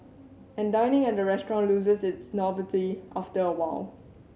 and dining at a restaurant loses its novelty after a while